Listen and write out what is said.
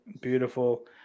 Beautiful